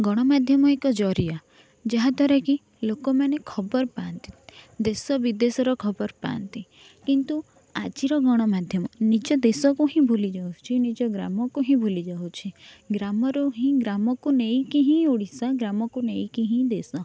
ଗଣମାଧ୍ୟମ ଏକ ଜରିଆ ଯାହାଦ୍ୱାରା କି ଲୋକମାନେ ଖବର ପାଆନ୍ତି ଦେଶ ବିଦେଶ ର ଖବର ପାଆନ୍ତି କିନ୍ତୁ ଆଜିର ଗଣମାଧ୍ୟମ ନିଜ ଦେଶକୁ ହିଁ ଭୁଲିଯାଉଛି ନିଜ ଗ୍ରାମକୁ ହିଁ ଭୁଲିଯାଉଛି ଗ୍ରାମରୁ ହିଁ ଗ୍ରାମକୁ ନେଇକି ହିଁ ଓଡ଼ିଶା ଗ୍ରାମକୁ ନେଇକି ହିଁ ଦେଶ